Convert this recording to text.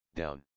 down